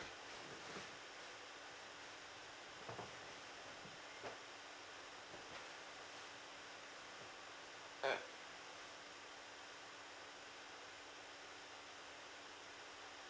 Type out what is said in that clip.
mm